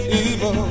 evil